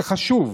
זה חשוב,